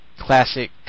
Classic